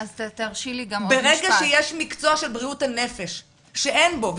ברגע שיש מקצוע של בריאות הנפש שאין בו אתיקה,